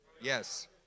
Yes